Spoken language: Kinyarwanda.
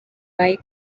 bwe